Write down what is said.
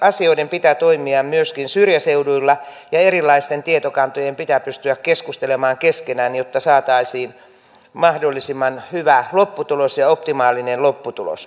asioiden pitää toimia myöskin syrjäseuduilla ja erilaisten tietokantojen pitää pystyä keskustelemaan keskenään jotta saataisiin mahdollisimman hyvä ja optimaalinen lopputulos